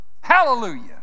Hallelujah